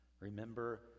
Remember